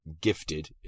gifted